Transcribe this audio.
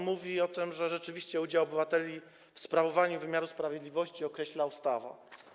Mówi on o tym, że rzeczywiście udział obywateli w sprawowaniu wymiaru sprawiedliwości określa ustawa.